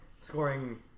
scoring